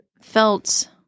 felt